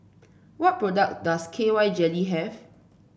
what products does K Y Jelly have